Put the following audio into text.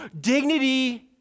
dignity